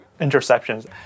interceptions